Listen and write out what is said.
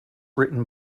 written